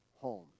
home